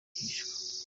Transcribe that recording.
rwihishwa